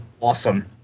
awesome